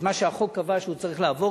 את מה שהחוק קבע שהוא צריך לעבור,